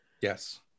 Yes